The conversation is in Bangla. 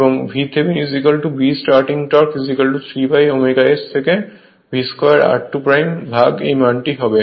এবং VThevenin b starting torque 3ω S থেকে v 2 r2 ভাগ এই মানটি হবে